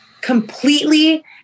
completely